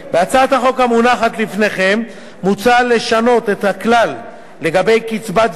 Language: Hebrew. בהצעת החוק המונחת לפניכם מוצע לשנות את הכלל לגבי קצבת זיקנה